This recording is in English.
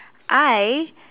I